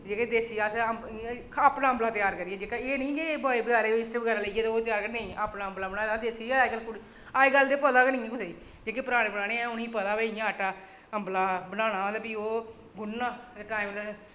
जेह्के देसी अस अपना आम्बला तेआर करियै एह् निं कि बजारा इस्ट बगैरा पाइयै तेआर करगे नेईं अपना आम्बला बनाए दा देसी अजकल ते पता गै नेईं कुसै गी जेह्के पराने पराने ऐ उ'नेंगी पता कि भई आम्बला बनाना ते भी ओह् गुनना ते टाइम ते